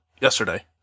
yesterday